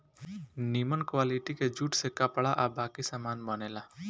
निमन क्वालिटी के जूट से कपड़ा आ बाकी सामान बनेला